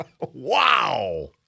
Wow